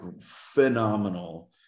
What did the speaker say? phenomenal